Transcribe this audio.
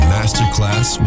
Masterclass